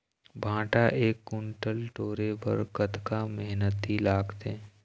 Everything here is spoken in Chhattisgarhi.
भांटा एक कुन्टल टोरे बर कतका मेहनती लागथे?